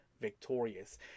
victorious